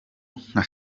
nka